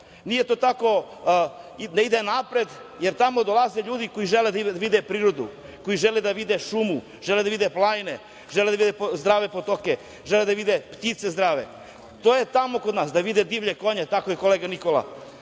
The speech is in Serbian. nije to tako, ne ide napred, jer tamo dolaze ljudi koji žele da vide prirodu, koji žele da vide šumu, žele da vide planine, žele da vide zdrave potoke, žele da vide ptice zdrave, da vide divlje konje, tako je kolega Nikola,